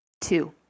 Two